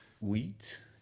wheat